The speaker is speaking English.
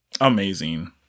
Amazing